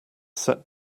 set